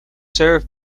served